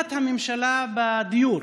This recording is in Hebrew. תמיכת הממשלה בדיור,